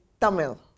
Tamil